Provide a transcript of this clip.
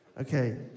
Okay